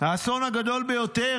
האסון הגדול ביותר.